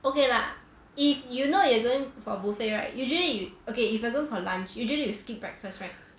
okay lah if you know you going for buffet right usually you okay if you're going for lunch usually you skip breakfast right